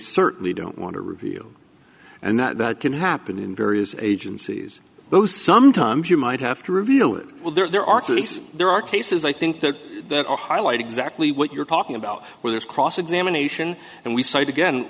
certainly don't want to reveal and that can happen in various agencies though sometimes you might have to reveal it well there are cities there are cases i think that a highlight exactly what you're talking about where there's cross examination and we cite again